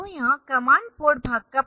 तो यह command port भाग का प्रोग्राम था